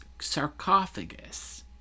sarcophagus